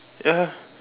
ya